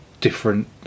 different